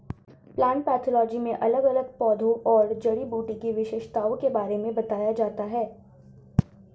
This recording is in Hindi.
प्लांट पैथोलोजी में अलग अलग पौधों और जड़ी बूटी की विशेषताओं के बारे में बताया जाता है